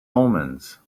omens